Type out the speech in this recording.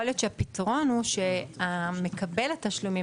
יכול להיות שהפתרון הוא שמקבל התשלומים,